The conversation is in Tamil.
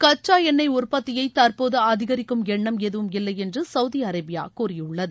கச்சா எண்ணெய் உற்பத்தியை தற்போது அதிகரிக்கும் எண்ணம் எதுவும் இல்லை என்று சவுதி அரேபியா கூறியுள்ளது